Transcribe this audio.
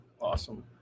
Awesome